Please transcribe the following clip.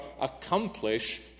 accomplish